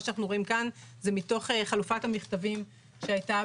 מה שאנחנו רואים כאן זה מתוך חלופת המכתבים שהיתה